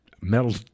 metal